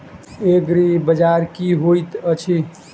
एग्रीबाजार की होइत अछि?